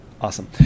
Awesome